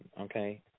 okay